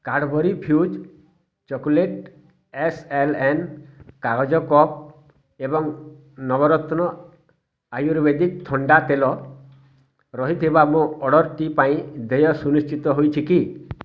Cadbury fuse chocolate S L N କାଗଜ cup ଏବଂ ନବରତ୍ନ ଆୟୁର୍ବେଦିକ ଥଣ୍ଡା ତେଲ ରହିଥିବା ମୋ ଅର୍ଡ଼ର୍ଟି ପାଇଁ ଦେୟ ସୁନିଶ୍ଚିତ ହୋଇଛି କି